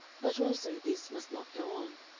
but also this must not go on.